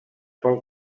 pel